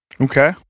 Okay